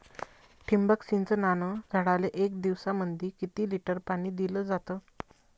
ठिबक सिंचनानं झाडाले एक दिवसामंदी किती लिटर पाणी दिलं जातं?